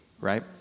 right